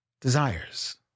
desires